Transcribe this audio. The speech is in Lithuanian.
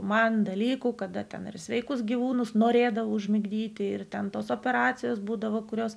man dalykų kada ten ir sveikus gyvūnus norėdavo užmigdyti ir ten tos operacijos būdavo kurios